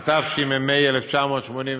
התשמ"ה 1985,